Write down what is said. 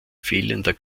fehlender